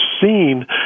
seen